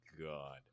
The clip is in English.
god